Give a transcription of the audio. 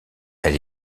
elle